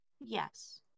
Yes